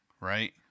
right